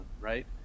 right